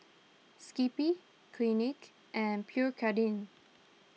Skippy Clinique and Pierre Cardin